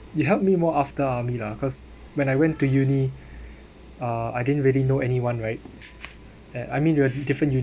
you helped me more after army lah cause when I went to uni uh I didn't really know anyone right and I mean you are different uni